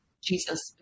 Jesus